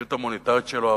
במדיניות המוניטרית שלו.